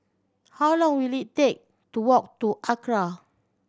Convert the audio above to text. how long will it take to walk to ACRA